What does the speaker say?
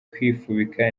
kwifubika